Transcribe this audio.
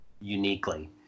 uniquely